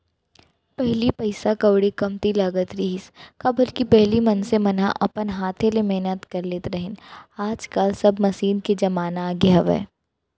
पहिली पइसा कउड़ी कमती लगत रहिस, काबर कि पहिली मनसे मन ह अपन हाथे ले मेहनत कर लेत रहिन आज काल सब मसीन के जमाना आगे हावय